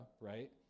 right